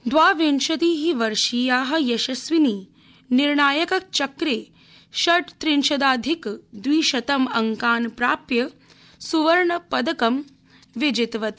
द्वाविंशति वर्षीया यशस्विनी निर्णायकचक्रे षड्रत्रिंशदाधिक द्विशतं अंकान् प्राप्य स्वर्णपदकम् विजितवती